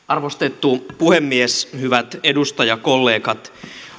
arvostettu puhemies hyvät edustajakollegat